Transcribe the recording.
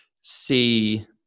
see